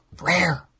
rare